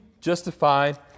justified